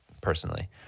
personally